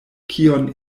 kion